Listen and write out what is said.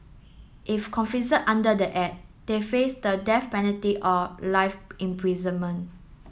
if under the act they face the death penalty or life imprisonment